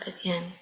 again